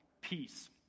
peace